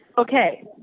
Okay